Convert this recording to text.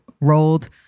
rolled